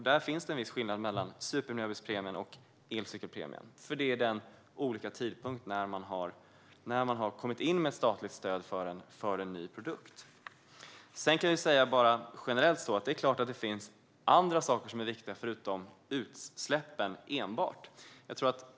Där finns det en viss skillnad mellan supermiljöbilspremien och elcykelpremien, och det gäller de olika tidpunkter då man har kommit in med statligt stöd för en ny produkt. Generellt är det klart att det finns andra saker som är viktiga förutom enbart utsläppen.